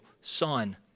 son